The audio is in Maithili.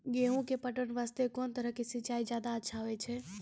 गेहूँ के पटवन वास्ते कोंन तरह के सिंचाई ज्यादा अच्छा होय छै?